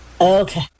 okay